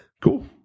Cool